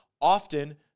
often